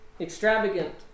extravagant